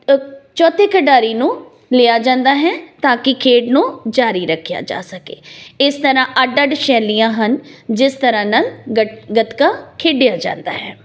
ਚੌਥੇ ਖਿਡਾਰੀ ਨੂੰ ਲਿਆ ਜਾਂਦਾ ਹੈ ਤਾਂ ਕਿ ਖੇਡ ਨੂੰ ਜਾਰੀ ਰੱਖਿਆ ਜਾ ਸਕੇ ਇਸ ਤਰ੍ਹਾਂ ਅੱਡ ਅੱਡ ਸ਼ੈਲੀਆਂ ਹਨ ਜਿਸ ਤਰ੍ਹਾਂ ਨਾਲ ਗ ਗੱਤਕਾ ਖੇਡਿਆ ਜਾਂਦਾ ਹੈ